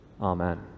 Amen